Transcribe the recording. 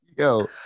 Yo